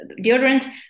deodorant